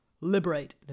liberate